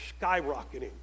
skyrocketing